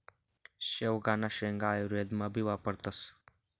शेवगांना शेंगा आयुर्वेदमा भी वापरतस